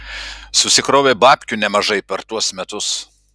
susikrovė babkių nemažai per tuos metus